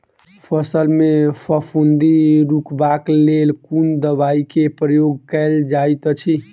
फसल मे फफूंदी रुकबाक लेल कुन दवाई केँ प्रयोग कैल जाइत अछि?